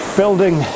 building